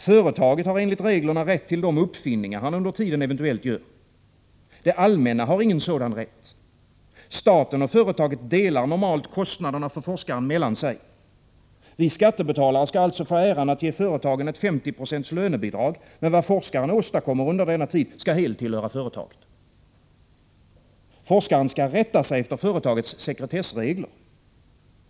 Företaget har enligt reglerna rätt till de uppfinningar som han under tiden eventuellt gör. Det allmänna har ingen sådan rätt. Staten och företaget delar normalt kostnaderna för forskaren mellan sig. Vi skattebetalare skall alltså få äran att ge företagen ett 50 26 lönebidrag, men vad forskaren åstadkommer under denna tid skall helt tillhöra företaget. Forskaren skall rätta sig efter företagets sekretessregler.